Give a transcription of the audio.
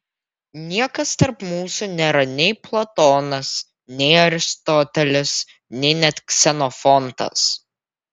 niekas tarp mūsų nėra nei platonas nei aristotelis nei net ksenofontas